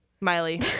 Miley